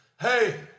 Hey